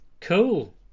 Cool